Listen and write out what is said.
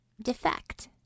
Defect